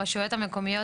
הרשויות המקומיות